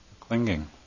clinging